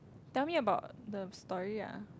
tell me about the story ah